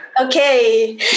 okay